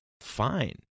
fine